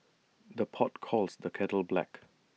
the pot calls the kettle black